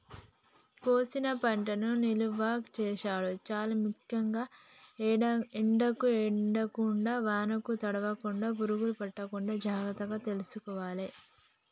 కోసిన పంటను నిలువ చేసుడు చాల ముఖ్యం, ఎండకు ఎండకుండా వానకు తడవకుండ, పురుగులు పట్టకుండా జాగ్రత్తలు తీసుకోవాలె